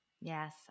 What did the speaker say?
Yes